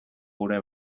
gure